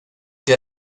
que